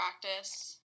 practice